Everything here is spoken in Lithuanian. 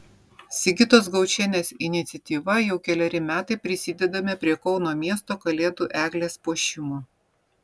sigitos gaučienės iniciatyva jau keleri metai prisidedame prie kauno miesto kalėdų eglės puošimo